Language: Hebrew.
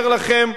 אומר לכם,